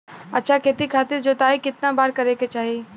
अच्छा खेती खातिर जोताई कितना बार करे के चाही?